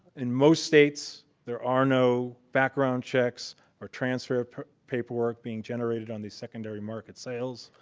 in most states, there are no background checks or transfer paperwork being generated on the secondary market sales.